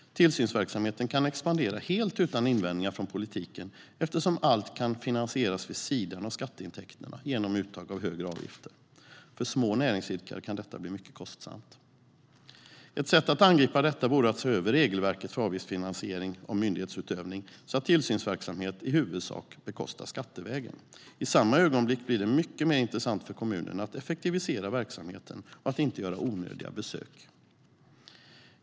Tillsynsverksamheten kan expandera helt utan invändningar från politiken, eftersom allt kan finansieras vid sidan av skatteintäkterna genom uttag av högre avgifter. För små näringsidkare kan detta bli mycket kostsamt. Ett sätt att angripa detta vore att se över regelverket för avgiftsfinansiering av myndighetsutövning så att tillsynsverksamhet i huvudsak bekostas skattevägen. I samma ögonblick blir det mycket mer intressant för kommunerna att effektivisera verksamheten och att inte göra onödiga besök.